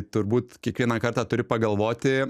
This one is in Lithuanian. turbūt kiekvieną kartą turi pagalvoti